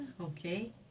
Okay